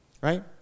right